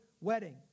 wedding